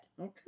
Okay